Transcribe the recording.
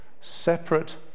separate